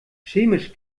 chemisch